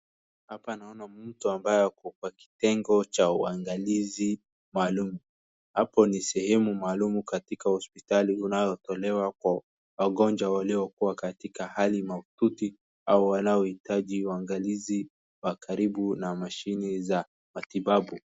Hapa naona mtu ambayo ako kwa kitengo cha uangalizi maalum. Hapo ni sehemu maalum katika hospitali unayotolewa kwa wagonjwa waliokua katika hali mahututi au wanaohitaji uangalizi wa karibu na mashine za matibabu.